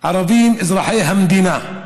ערבים אזרחי המדינה.